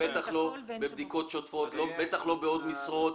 בטח לא בבדיקות שוטפות ובטח לא בעוד משרות.